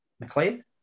McLean